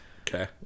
Okay